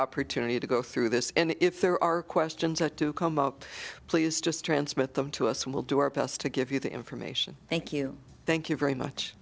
opportunity to go through this and if there are questions to come up please just transmit them to us we will do our best to give you the information thank you thank you very much